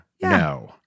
No